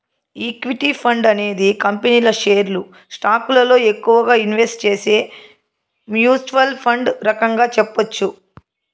equity fund అనేది కంపెనీల షేర్లు స్టాకులలో ఎక్కువగా ఇన్వెస్ట్ చేసే మ్యూచ్వల్ ఫండ్ రకంగా చెప్పొచ్చు